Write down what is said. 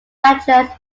tactless